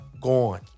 gone